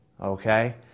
okay